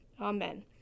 Amen